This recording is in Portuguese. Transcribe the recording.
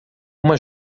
uma